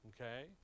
Okay